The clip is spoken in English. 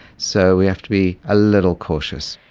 so we have to be a little cautious.